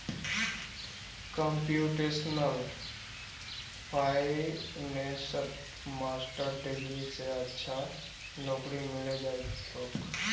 computational फाइनेंसत master degree स अच्छा नौकरी मिले जइ तोक